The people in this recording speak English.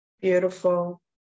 Beautiful